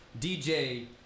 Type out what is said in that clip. DJ